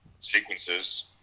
sequences